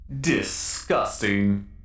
Disgusting